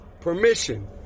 permission